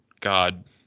God